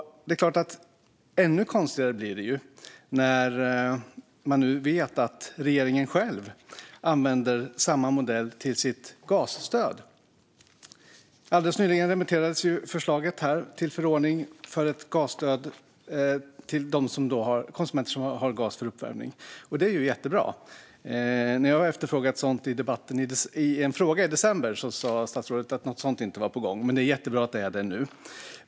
Ännu konstigare blir det när man nu vet att regeringen använder samma modell för sitt gasstöd. Alldeles nyligen remitterades ju förslaget till förordning för ett gasstöd riktat till de konsumenter som har gas till uppvärmning. Det är jättebra. När jag efterfrågade ett sådant i december sa statsrådet att något sådant inte var på gång. Det är jättebra att det är det nu.